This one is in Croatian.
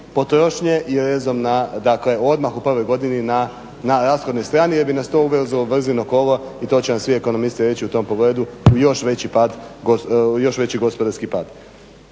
potrošnje i rezom dakle odmah u prvoj godini na rashodnoj strani jer bi nas to uvelo u vrzino kolo i to će vam svi ekonomisti reći u tom pogledu u još veći gospodarski pad.